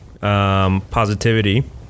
positivity